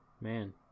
Man